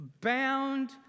bound